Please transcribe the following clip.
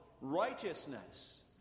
righteousness